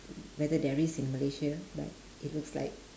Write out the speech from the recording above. whether there is in malaysia but it looks like